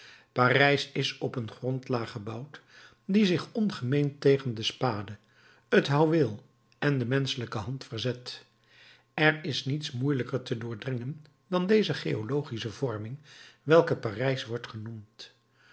parijs is op een grondlaag gebouwd die zich ongemeen tegen de spade het houweel en de menschelijke hand verzet er is niets moeielijker te doordringen dan deze geologische vorming welke parijs wordt genoemd